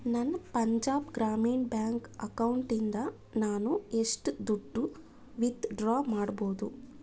ನನ್ನ ಪಂಜಾಬ್ ಗ್ರಾಮೀಣ್ ಬ್ಯಾಂಕ್ ಅಕೌಂಟಿಂದ ನಾನು ಎಷ್ಟು ದುಡ್ಡು ವಿತ್ಡ್ರಾ ಮಾಡ್ಬೋದು